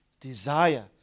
desire